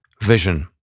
vision